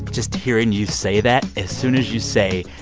just hearing you say that, as soon as you say,